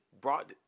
brought